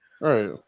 Right